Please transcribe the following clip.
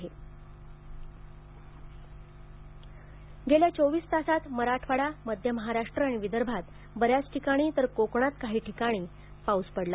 हवामान गेल्या चोवीस तासांत मराठवाडा मध्य महाराष्ट्र आणि विदर्भात बऱ्याच ठिकाणी तर कोकणांत काही भागांत पाऊस पडला